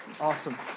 Awesome